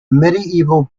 medieval